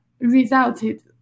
resulted